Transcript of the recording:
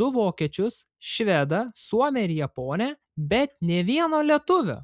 du vokiečius švedą suomę ir japonę bet nė vieno lietuvio